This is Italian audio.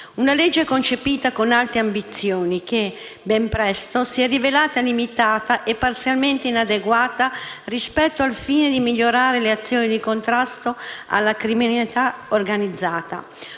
una legge concepita con alte ambizioni che, ben presto, si è rivelata limitata e parzialmente inadeguata rispetto al fine di migliorare le azioni di contrasto alla criminalità organizzata.